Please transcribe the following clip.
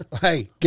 hey